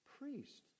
Priest